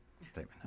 statement